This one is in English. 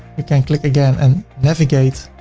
you can click again and navigate,